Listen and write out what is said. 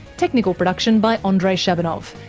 technical production by ah andrei shabunov,